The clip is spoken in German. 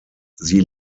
sie